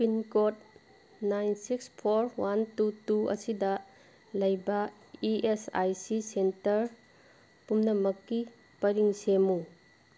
pincode nine six four one two two ꯑꯁꯤꯗ ꯂꯩꯕ E S I C centre ꯄꯨꯝꯅꯃꯛꯀꯤ ꯄꯔꯤꯡ ꯁꯦꯝꯎ